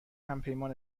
همپیمان